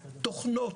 תוכנות,